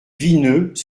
vineux